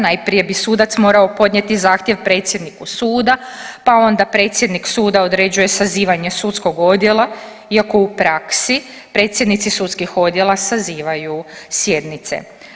Najprije bi sudac morao podnijeti zahtjev predsjedniku suda, pa onda predsjednik suda određuje sazivanje sudskog odjela, iako u praksi, predsjednici sudskih odjela sazivaju sjednice.